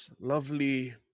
lovely